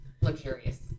luxurious